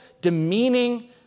demeaning